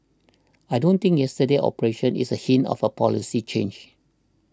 I don't think yesterday's operation is a hint of a policy change